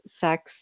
sex